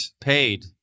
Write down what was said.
paid